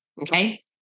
Okay